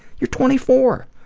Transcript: you're twenty four,